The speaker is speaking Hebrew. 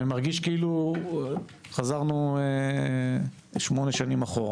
אבל אני מרגיש שכאילו חזרנו שמונה שנים אחורה,